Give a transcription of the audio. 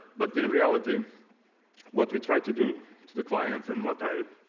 but in reality what we try to do to the clients and what i